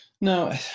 No